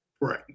Right